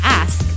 ask